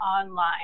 online